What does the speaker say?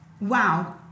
wow